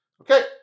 Okay